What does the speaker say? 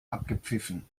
abgepfiffen